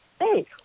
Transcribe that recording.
Hey